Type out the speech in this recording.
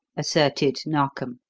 asserted narkom.